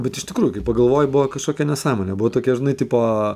bet iš tikrųjų kai pagalvoji buvo kažkokia nesąmonė buvo tokia žinai tipo